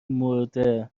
مرده